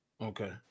okay